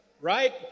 Right